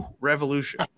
revolution